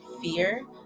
fear